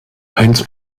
heinz